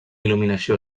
il·luminació